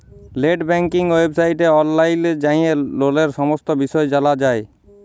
late banking ওয়েবসাইটে অললাইল যাঁয়ে ললের সমস্ত বিষয় জালা যায়